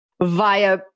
via